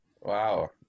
Wow